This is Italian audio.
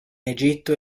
egitto